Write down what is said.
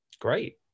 Great